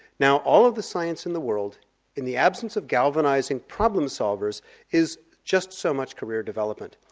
now all of the science in the world in the absence of galvanizing problem-solvers is just so much career development.